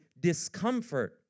Discomfort